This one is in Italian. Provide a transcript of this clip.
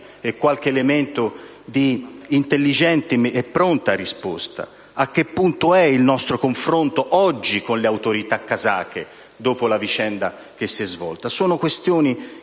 e qualche elemento di intelligente e pronta risposta? A che punto è oggi il nostro confronto con le autorità kazake dopo la vicenda che si è verificata? Sono questioni